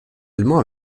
allemand